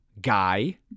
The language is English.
Guy